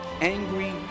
angry